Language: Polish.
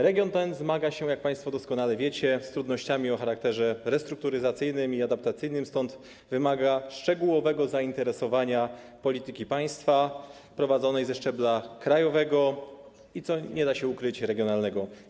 Region ten zmaga się, jak państwo doskonale wiecie, z trudnościami o charakterze restrukturyzacyjnym i adaptacyjnym, stąd wymaga szczególnego zainteresowania polityki państwa prowadzonej ze szczebla krajowego i, nie da się ukryć, regionalnego.